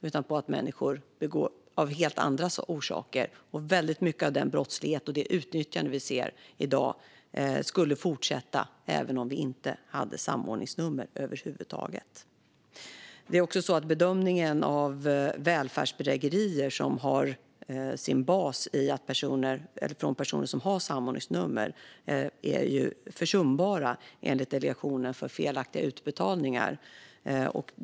Det är helt andra saker som ligger bakom. Väldigt mycket av den brottslighet och det utnyttjande som vi ser i dag skulle fortsätta även om vi inte hade samordningsnummer. Bedömningen är att de välfärdsbedrägerier som har sin grund i att personer har samordningsnummer är försumbara, enligt Delegationen för korrekta utbetalningar.